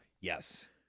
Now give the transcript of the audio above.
Yes